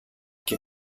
και